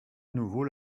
nouveau